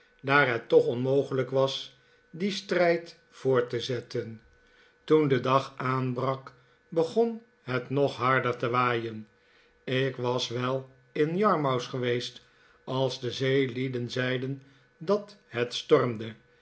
daar het toch onmogelijk was dien strijd voort te zetten toen de dag aanbrak begon het nog harder te waaien ik was wel in yarmouth geweest als de zeelieden zeiden dat het stormde